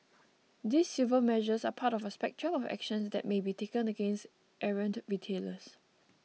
these civil measures are part of a spectrum of actions that may be taken against errant retailers